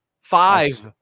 Five